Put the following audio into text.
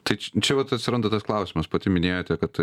tai čia vat atsiranda tas klausimas pati minėjote kad